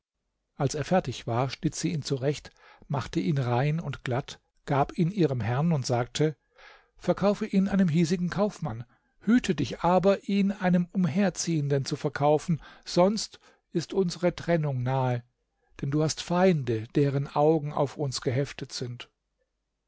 als er fertig war schnitt sie ihn zurecht machte ihn rein und glatt gab ihn ihrem herrn und sagte verkaufe ihn einem hiesigen kaufmann hüte dich aber ihn einem umherziehenden zu verkaufen sonst ist unsere trennung nahe denn du hast feinde deren augen auf uns geheftet sind